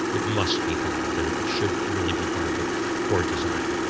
it must be thought of and it should really be part of the core design.